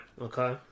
Okay